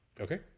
Okay